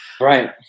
Right